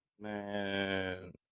Man